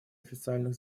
официальных